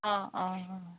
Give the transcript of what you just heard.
অঁ অঁ